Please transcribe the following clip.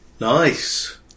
Nice